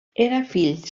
fill